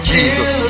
Jesus